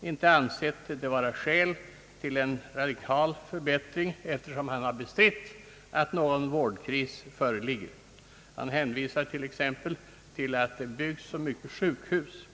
inte ansett det finnas skäl till en radikal förbättring, eftersom han har bestritt att någon vårdkris föreligger. Han hänvisar t.ex. till att det byggs så många sjukhus.